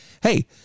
hey